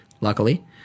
luckily